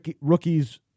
rookies